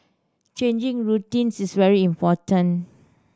changing routines is very important